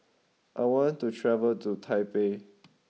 I want to travel to Taipei